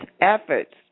efforts